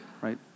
right